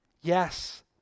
Yes